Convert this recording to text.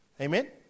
Amen